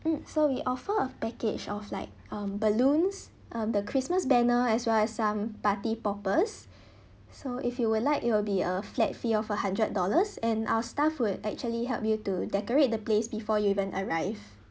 mm so we offer a package of like um balloons um the christmas banner as well as some party poppers so if you would like it will be a flat fee of a hundred dollars and our staff would actually help you to decorate the place before you even arrive